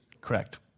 Correct